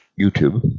YouTube